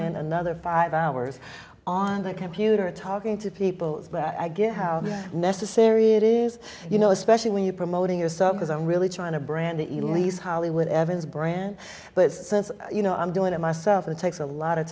spend another five hours on the computer talking to people but i get how necessary it is you know especially when you're promoting your so because i'm really trying to brand that you lease hollywood evans brand but since you know i'm doing it myself and takes a lot of